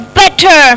better